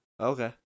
Okay